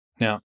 Now